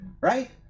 right